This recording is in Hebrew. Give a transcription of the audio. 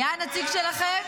היה הנציג שלכם